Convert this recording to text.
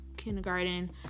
Kindergarten